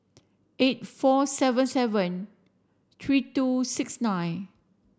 eight four seven seven three two six nine